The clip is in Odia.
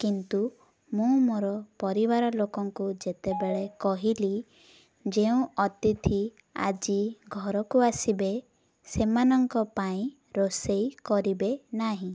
କିନ୍ତୁ ମୁଁ ମୋର ପରିବାର ଲୋକଙ୍କୁ ଯେତେବେଳେ କହିଲି ଯେଉଁ ଅତିଥି ଆଜି ଘରକୁ ଆସିବେ ସେମାନଙ୍କ ପାଇଁ ରୋଷେଇ କରିବେ ନାହିଁ